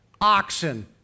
oxen